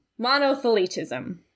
monothelitism